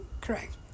Correct